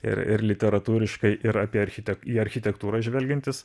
ir ir literatūriškai ir apie architek į architektūrą žvelgiantis